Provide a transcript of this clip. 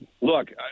Look